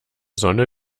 sonne